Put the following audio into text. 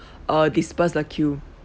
uh disburse the queue